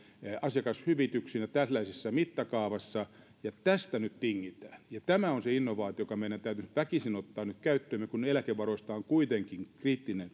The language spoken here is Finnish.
asiakashyvityksinä tällaisessa mittakaavassa ja tästä nyt tingitään tämä on se innovaatio joka meidän täytyisi nyt väkisin ottaa käyttöömme kun eläkevaroista kuitenkin